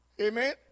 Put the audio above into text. amen